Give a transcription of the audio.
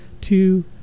two